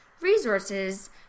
resources